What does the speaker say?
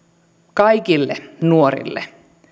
kaikille nuorille